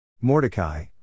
Mordecai